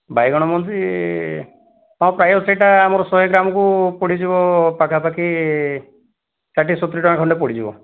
ବାଇଗଣ ମଞ୍ଜି ହଁ ପ୍ରାୟ ସେଇଟା ଆମର ଶହେ ଗ୍ରାମ୍କୁ ପଡ଼ିଯିବ ପାଖାପାଖି ଷାଠିଏ ସତୁରି ଟଙ୍କା ଖଣ୍ଡେ ପଡ଼ିଯିବ